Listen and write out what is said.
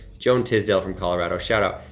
joan tisdale from colorado, shout-out,